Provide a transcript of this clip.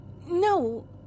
no